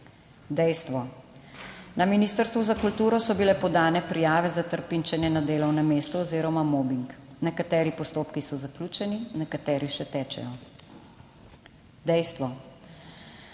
Dejstvo; na Ministrstvu za kulturo so bile podane prijave za trpinčenje na delovnem mestu oziroma mobing, nekateri postopki so zaključeni, nekateri še tečejo. Dejstvo;